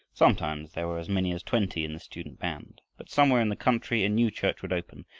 sometimes there were as many as twenty in the student-band, but somewhere in the country a new church would open,